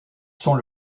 sont